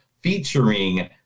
featuring